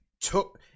took